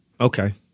Okay